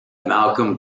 malcolm